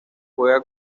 juega